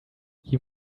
you